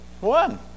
One